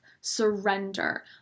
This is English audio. Surrender